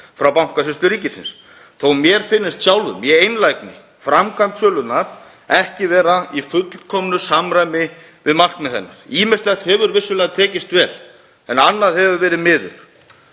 frá Bankasýslu ríkisins þó að mér finnist sjálfum í einlægni framkvæmd sölunnar ekki vera í fullkomnu samræmi við markmið hennar. Ýmislegt hefur vissulega tekist vel en annað miður